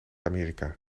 amerika